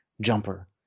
Jumper